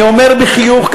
אני אומר בחיוך,